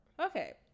Okay